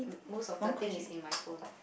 most of the thing is in my phone